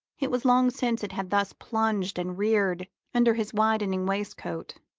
it was long since it had thus plunged and reared under his widening waistcoat,